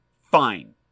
fine